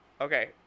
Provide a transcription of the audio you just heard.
Okay